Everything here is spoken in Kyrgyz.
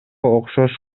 окшош